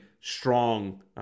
strong